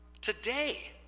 today